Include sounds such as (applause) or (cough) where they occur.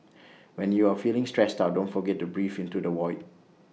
(noise) when you are feeling stressed out don't forget to breathe into the void